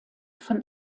von